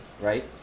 right